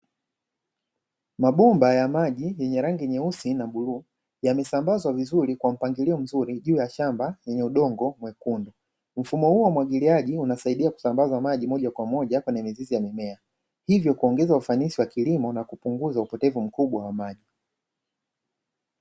Mabomba ya maji yenye rangi nyeusi na bluu, yamesambazwa vizuri kwa mpangilio mzuri juu ya shamba lenye udongo mwekundu. Mfumo huu wa umwagiliaji unaisaidia kusambaza maji moja kwa moja kwenye mizizi ya mimea. Hivyo kuongeza ufanisi wa kilimo na kupunguza upotevu mkubwa wa maji.